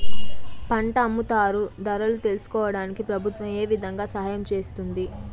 పంట అమ్ముతారు ధరలు తెలుసుకోవడానికి ప్రభుత్వం ఏ విధంగా సహాయం చేస్తుంది?